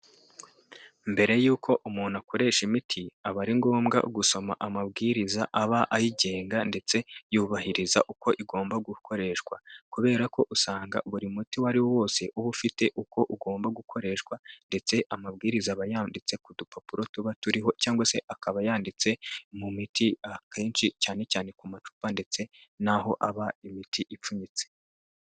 Mbere y'uko umuntu akoresha imiti aba ari ngombwa gusoma amabwiriza aba ayigenga ndetse yubahiriza uko igomba gukoreshwa, kubera ko usanga buri muti uwo ariwo wose uba ufite uko ugomba gukoreshwa ndetse amabwiriza aba yanditse ku dupapuro tuba turiho, cyangwa se akaba yanditse mu miti akenshi cyane cyane ku macupa ndetse n'aho aba imiti ipfunyitse.